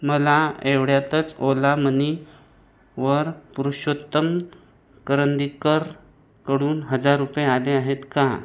मला एवढ्यातच ओला मनीवर पुरुषोत्तम करंदीकरकडून हजार रुपये आले आहेत का